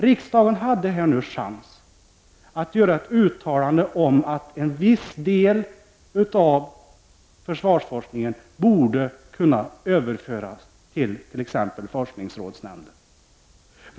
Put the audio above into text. Riksdagen hade nu en chans att göra ett uttalande om att en viss del av försvarsforskningen borde kunna överföras till t.ex. forskningsrådsnämnden.